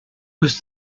was